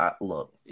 Look